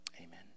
amen